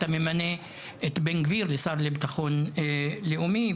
אתה ממנה את בן-גביר לשר לביטחון לאומי?